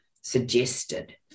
suggested